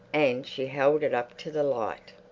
and she held it up to the light.